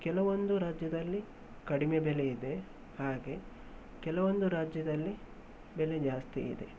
ಕೆಲವೊಂದು ರಾಜ್ಯದಲ್ಲಿ ಕಡಿಮೆ ಬೆಲೆ ಇದೆ ಹಾಗೆ ಕೆಲವೊಂದು ರಾಜ್ಯದಲ್ಲಿ ಬೆಲೆ ಜಾಸ್ತಿ ಇದೆ